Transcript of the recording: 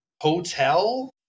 hotel